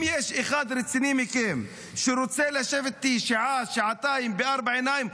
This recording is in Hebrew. אם יש מכם אחד רציני שרוצה לשבת איתי שעה-שעתיים בארבע עיניים,